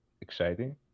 exciting